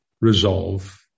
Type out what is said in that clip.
resolve